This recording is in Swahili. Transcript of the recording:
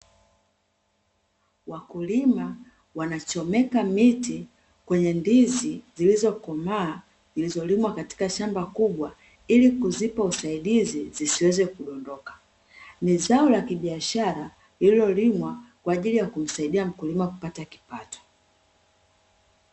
Wakulima wanachomeka miti kwenye ndizi zilizokomaa, zilizolimwa katika shamba kubwa ili kuzipa usaidizi zisiweze kudondoka, ni zao la kibiashara lililolimwa, kwaajili ya kumsaidia mkulima kupata kipato.